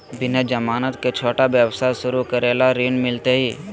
बिना जमानत के, छोटा व्यवसाय शुरू करे ला ऋण मिलतई?